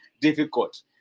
difficult